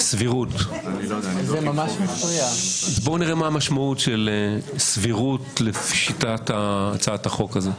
בואו נראה מה המשמעות של סבירות לפי שיטת הצעת החוק הזאת.